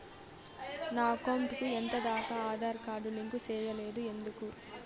నా అకౌంట్ కు ఎంత దాకా ఆధార్ కార్డు లింకు సేయలేదు ఎందుకు